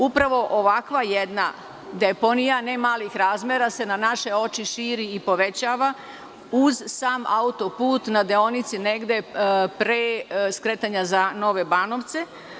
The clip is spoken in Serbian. Upravo ovakva jedna deponija, ne malih razmera, se na naše oči širi i povećava uz sam autoput na deonici pre skretanja za Nove Banovce.